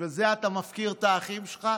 בשביל זה אתה מפקיר את האחים שלך